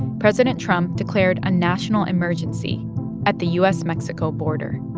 president trump declared a national emergency at the u s mexico border.